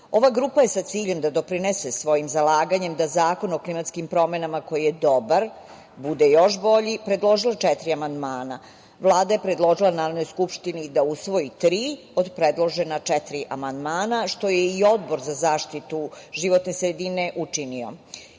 grupa je sa ciljem da doprinese svojim zalaganjem da zakon o klimatskim promenama koji je dobar bude još bolji predloži četiri amandmana. Vlada je predložila Narodnoj skupštini da usvoji tri od predložena četiri amandmana, što je i Odbor za zaštitu životne sredine učinio. Jedan